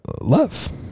love